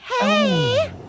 Hey